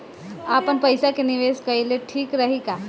आपनपईसा के निवेस कईल ठीक रही का?